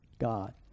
God